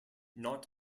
not